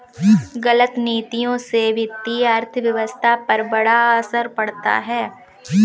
गलत नीतियों से वित्तीय अर्थव्यवस्था पर बड़ा असर पड़ता है